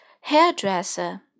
hairdresser